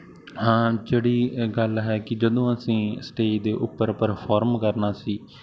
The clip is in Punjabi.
ਹਾਂ ਜਿਹੜੀ ਗੱਲ ਹੈ ਕਿ ਜਦੋਂ ਅਸੀਂ ਸਟੇਜ ਦੇ ਉੱਪਰ ਪਰਫੋਰਮ ਕਰਨਾ ਸੀ